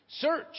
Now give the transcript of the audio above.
Search